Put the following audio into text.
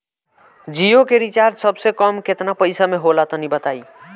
जियो के रिचार्ज सबसे कम केतना पईसा म होला तनि बताई?